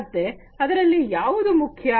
ಮತ್ತೆ ಇದರಲ್ಲಿ ಯಾವುದು ಮುಖ್ಯ